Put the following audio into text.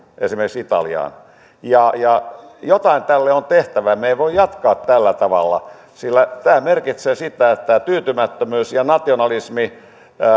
esimerkiksi italiaan jotain tälle on tehtävä me emme voi jatkaa tällä tavalla sillä tämä merkitsee sitä että tyytymättömyys ja nationalismi